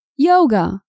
Yoga